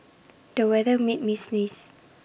the weather made me sneeze